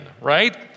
right